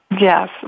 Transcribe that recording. Yes